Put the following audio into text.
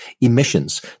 emissions